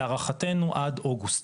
להערכתנו עד אוגוסט,